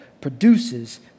produces